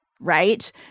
right